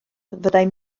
fyddai